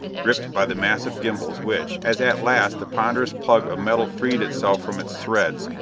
gripped by the massive gimbals which, as at last the ponderous plug of metal freed itself from its threads,